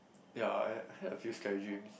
ya I had a few scary dreams